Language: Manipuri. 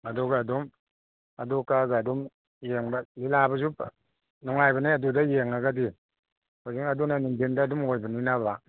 ꯑꯗꯨꯒ ꯑꯗꯨꯝ ꯑꯗꯨ ꯀꯛꯑꯒ ꯑꯗꯨꯝ ꯌꯦꯡꯕ ꯂꯤꯂꯥꯒꯁꯨ ꯅꯨꯡꯉꯥꯏꯕꯅꯦ ꯑꯗꯨꯗ ꯌꯦꯡꯉꯒꯗꯤ ꯍꯣꯔꯦꯟ ꯑꯗꯨꯅ ꯅꯨꯡꯗꯤꯟꯗ ꯑꯗꯨꯝ ꯑꯣꯏꯕꯅꯤꯅꯕ